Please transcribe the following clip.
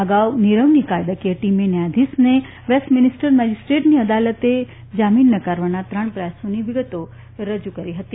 અગાઉ નિરવની કાયદાયકીય ટીમે ન્યાયધીશને વેસ્ટમિનિસ્ટર મેજીસ્ટ્રેટની અદાલતે જામીન નકારવાના ત્રણ પ્રયાસોની વિગતો રજુ કરી હતી